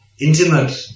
intimate